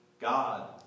God